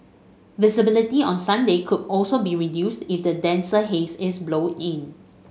visibility on Sunday could also be reduced if the denser haze is blown in